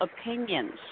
opinions